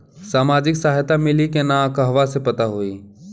सामाजिक सहायता मिली कि ना कहवा से पता होयी?